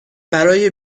برای